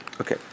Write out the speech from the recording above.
okay